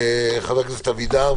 חבר הכנסת אבידר,